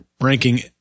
ranking